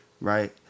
Right